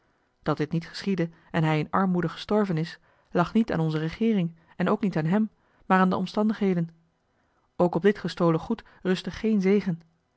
dat dit niet geschiedde en hij in armoede gestorven is lag niet aan onze regeering en ook niet aan hem maar aan de omstandigheden ook op dit gestolen goed rustte geen zegen